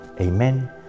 Amen